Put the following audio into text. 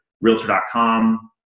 Realtor.com